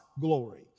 glory